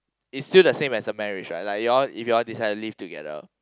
it's still the same as the marriage lah like you all if you all decide to live together